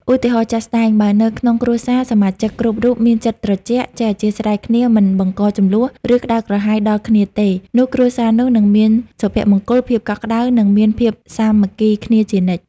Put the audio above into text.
ឧទាហរណ៍ជាក់ស្ដែង បើនៅក្នុងគ្រួសារ សមាជិកគ្រប់រូបមានចិត្តត្រជាក់ ចេះអធ្យាស្រ័យគ្នា មិនបង្កជម្លោះ ឬក្ដៅក្រហាយដាក់គ្នាទេ នោះគ្រួសារនោះនឹងមានសុភមង្គល ភាពកក់ក្ដៅ និងមានភាពសាមគ្គីគ្នាជានិច្ច។